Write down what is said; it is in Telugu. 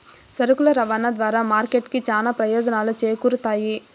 సరుకుల రవాణా ద్వారా మార్కెట్ కి చానా ప్రయోజనాలు చేకూరుతాయి